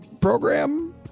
program